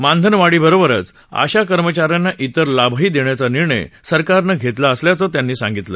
मानधन वाढीबरोबरच आशा कर्मचा यांना इतर लाभही देण्याचा निर्णय सरकारनं घेतला असल्याचं त्यांनी सांगितलं